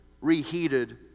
reheated